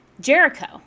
Jericho